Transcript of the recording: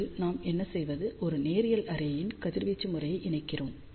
முதலில் நாம் என்ன செய்வது ஒரு நேரியல் அரேயின் கதிர்வீச்சு முறையை இணைக்கிறோம்